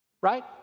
Right